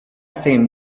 same